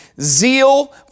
zeal